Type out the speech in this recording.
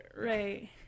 right